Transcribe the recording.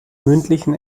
mündlichen